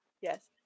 Yes